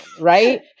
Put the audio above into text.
right